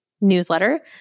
newsletter